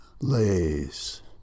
lays